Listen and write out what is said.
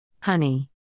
Honey